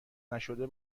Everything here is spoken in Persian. نشده